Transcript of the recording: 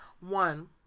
One